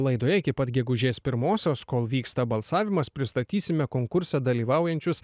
laidoje iki pat gegužės pirmosios kol vyksta balsavimas pristatysime konkurse dalyvaujančius